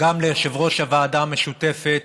גם ליושב-ראש הוועדה המשותפת